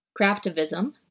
Craftivism